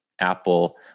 Apple